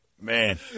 Man